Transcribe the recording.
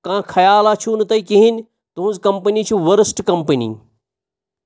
کانٛہہ خیالا چھُو نہٕ تۄہہِ کِہیٖنٛۍ تُہٕنٛز کَمپٔنی چھِ ؤرٕسٹ کَمپٔنی